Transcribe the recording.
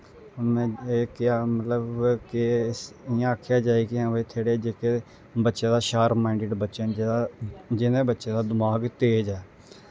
एह् केह् मतलब के इ'यां आखेआ जाए के हां भाई इत्थें जेह्ड़े बच्चे दा शार्प माईंडिड बच्चे न जेह्दा जि'नें बच्चें दा दमाक तेज़ ऐ